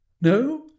No